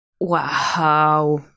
wow